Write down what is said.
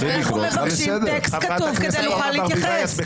חברת הכנסת אורנה ברביבאי, את בקריאה